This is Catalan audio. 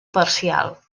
parcial